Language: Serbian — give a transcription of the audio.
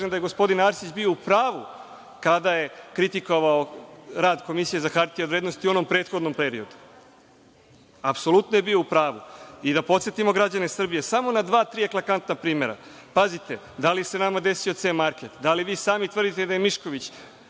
da je gospodin Arsić bio upravu, kada je kritikovao rad Komisije za hartije od vrednosti u onom prethodnom periodu. Apsolutno je bio u pravu. Da podsetimo građane Srbije, samo na dva-tri ekaklantna primera. Pazite, da li se nama desio „C market“? Da li vi sami tvrdite da je Mišković